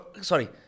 sorry